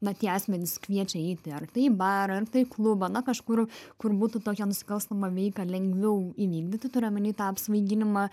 na tie asmenys kviečia eiti ar tai į barą ar tai į klubą na kažkur kur būtų tokią nusikalstamą veiką lengviau įvykdyti turiu omeny tą apsvaiginimą